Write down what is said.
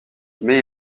mais